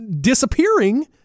disappearing